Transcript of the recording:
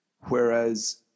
Whereas